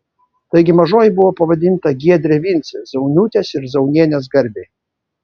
taigi mažoji buvo pavadinta giedre vince zauniūtės ir zaunienės garbei